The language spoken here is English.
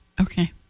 Okay